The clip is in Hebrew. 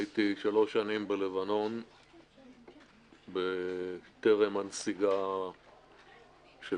הייתי שלוש שנים בלבנון טרם הנסיגה של